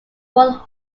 one